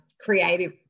creative